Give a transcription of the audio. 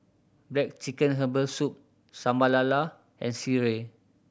black chicken herbal soup Sambal Lala and sireh